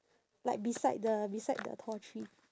like beside the beside the tall tree